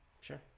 sure